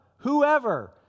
Whoever